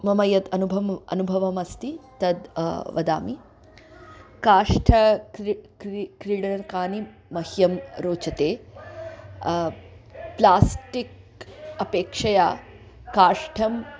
मम यत् अनुभवम् अनुभवमस्ति तद् वदामि काष्ठाः क्रि क्रि क्रीडनकानि मह्यं रोचते प्लास्टिक् अपेक्षया काष्ठम्